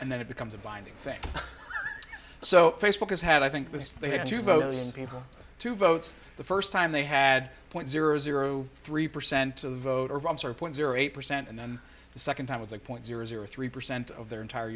and then it becomes a binding thing so facebook has had i think this they had to vote people to vote the first time they had point zero zero three percent of the vote or bombs or point zero eight percent and then the second time was a point zero zero three percent of their entire